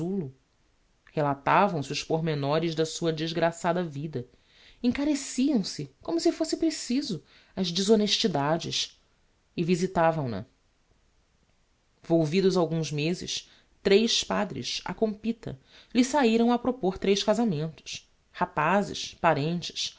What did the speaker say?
casulo relatavam se os pormenores da sua desgraçada vida encareciam se como se fosse preciso as deshonestidades e visitavam na volvidos alguns mezes tres padres á compíta lhe sahiram a propôr tres casamentos rapazes parentes